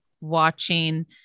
watching